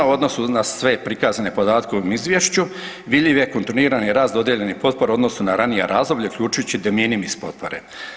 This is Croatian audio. U odnosu na sve prikazane podatke u ovom izvješću vidljiv je kontrolirani rast dodijeljenih potpora u odnosu na ranija razdoblja uključujući de minimis potpore.